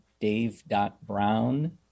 dave.brown